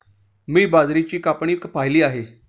मी बाजरीची कापणी पाहिली आहे